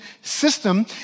system